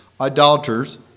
Idolaters